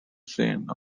signs